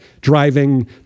driving